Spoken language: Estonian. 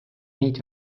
neid